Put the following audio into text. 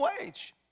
wage